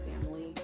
family